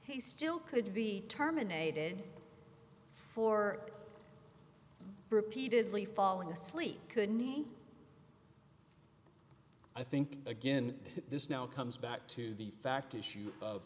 he still could be terminated for repeatedly falling asleep could i think again this now comes back to the fact issue of